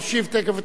אתה תשיב תיכף,